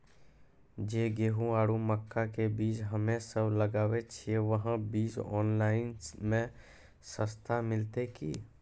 जे गेहूँ आरु मक्का के बीज हमे सब लगावे छिये वहा बीज ऑनलाइन मे सस्ता मिलते की?